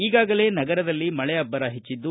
ಈಗಾಗಲೇ ನಗರದಲ್ಲಿ ಮಳೆ ಅಬ್ಬರ ಹೆಚ್ಚಿದ್ದು